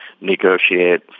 negotiate